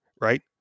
right